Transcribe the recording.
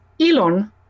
Elon